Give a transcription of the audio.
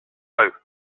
what